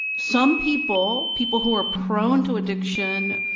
some people, people who are prone to addiction,